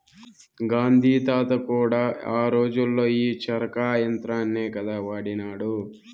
గాంధీ తాత కూడా ఆ రోజుల్లో ఈ చరకా యంత్రాన్నే కదా వాడినాడు